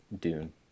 Dune